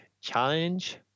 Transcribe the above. challenge